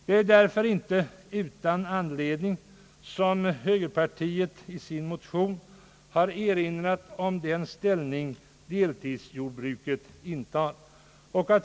Det är därför inte utan: anledning som högerpartiet i sin motion har' er inrat.om den ställning som deltidsjordbruket intar.